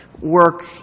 work